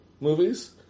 movies